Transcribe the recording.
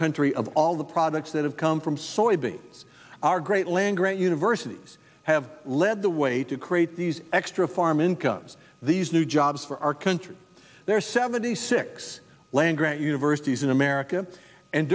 country of all the products that have come from soybeans our great land grant universities have led the way to create these extra farm incomes these new jobs for our country there are seventy six land grant universities in america and